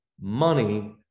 money